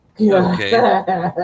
Okay